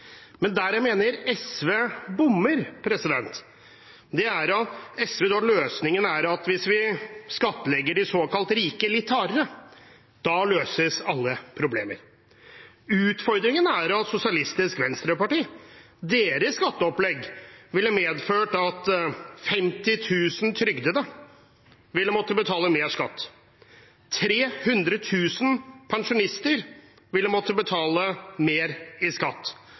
Men der jeg mener SV bommer, er når de sier at hvis vi skattlegger de såkalt rike litt hardere, så løses alle problemer. Utfordringen er at Sosialistisk Venstrepartis skatteopplegg ville medført at 50 000 trygdede måtte betalt mer skatt, 300 000 pensjonister ville måtte betale mer i skatt,